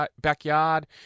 backyard